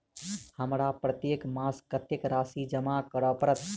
हमरा प्रत्येक मास कत्तेक राशि जमा करऽ पड़त?